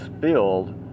filled